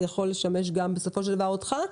זה יכול לשמש בסופו של דבר גם אותך,